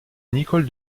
nicole